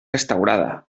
restaurada